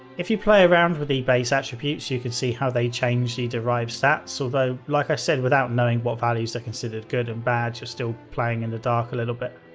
if you play around with the base attributes you can see how they change the derived stats, although like i said, without knowing what values are considered good and bad, you're still playing in the dark a little bit.